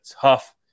tough